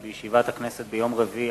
כי בישיבת הכנסת ביום רביעי,